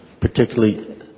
particularly